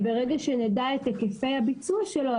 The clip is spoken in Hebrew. ברגע שנדע את היקפי הביצוע שלו,